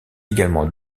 également